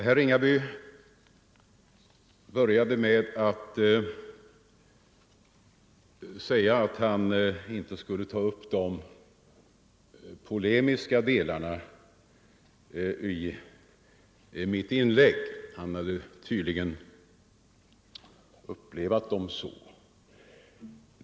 Herr Ringaby började med att säga att han inte skulle ta upp de polemiska delarna i mitt inlägg — han hade tydligen upplevt dem så.